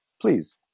please